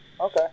Okay